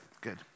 good